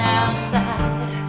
outside